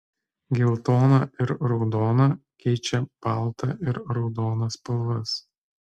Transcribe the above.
geltona ir raudona keičia baltą ir raudoną spalvas